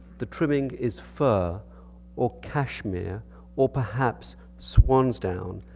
the trimming is fur or cashmere or perhaps swan's down.